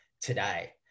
today